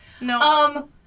No